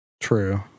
True